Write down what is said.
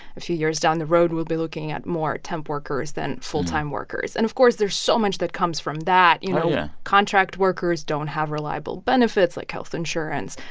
a few years down the road, we'll be looking at more temp workers than full-time workers. and, of course, there's so much that comes from that oh, yeah contract workers don't have reliable benefits like health insurance,